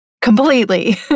completely